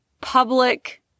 public